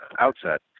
outset